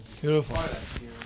Beautiful